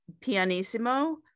pianissimo